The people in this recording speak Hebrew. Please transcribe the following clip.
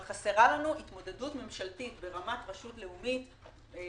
אבל חסרה לנו התמודדות ממשלתית ברמת רשות לאומית עם